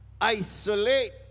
isolate